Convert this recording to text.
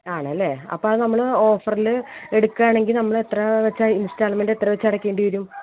ആണല്ലേ അപ്പം അത് നമ്മൾ ഓഫറിൽ എടുക്കുകയാണെങ്കിൽ നമ്മൾ എത്ര വെച്ചാ ഇൻസ്റ്റാൾമെൻറ് എത്ര വെച്ച് അടക്കേണ്ടി വരും